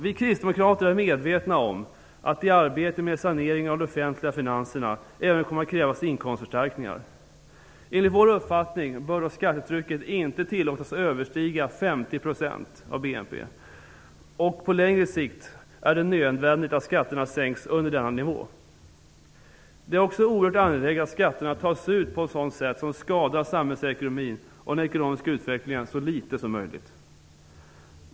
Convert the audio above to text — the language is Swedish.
Vi kristdemokrater är medvetna om att det i arbetet med saneringen av de offentliga finanserna även kommer att krävas inkomstförstärkningar. Enligt vår uppfattning bör dock skattetrycket inte tillåtas överstiga 50 % av BNP, och på längre sikt är det nödvändigt att skatterna sänks under denna nivå. Det är också oerhört angeläget att skatterna tas ut på ett sätt som skadar samhällsekonomin och den ekonomiska utvecklingen så litet som möjligt.